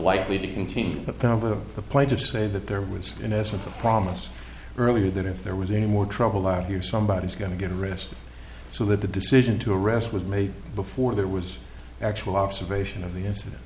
likely to continue the power of the plaintiff say that there was in essence a promise earlier that if there was any more trouble out here somebody is going to get arrested so that the decision to arrest was made before there was actual observation of the incident